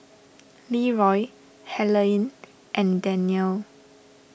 Leeroy Helaine and Daniele